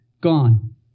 gone